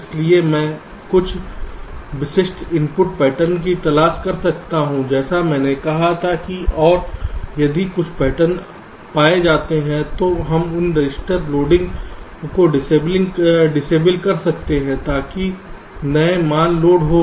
इसलिए मैं कुछ विशिष्ट इनपुट पैटर्न की तलाश कर सकता हूं जैसा मैंने कहा था और यदि कुछ पैटर्न पाए जाते हैं तो हम इन रजिस्टरों लोडिंग को डिसेबल कर सकते हैं ताकि नए मान लोड न हों